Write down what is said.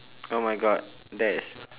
oh my god that is